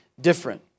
different